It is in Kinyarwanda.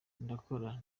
ndakora